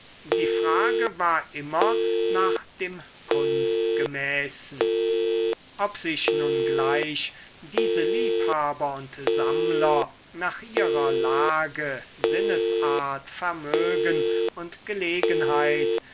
die frage war immer nach dem kunstgemäßen ob sich nun gleich diese liebhaber und sammler nach ihrer lage sinnesart vermögen und gelegenheit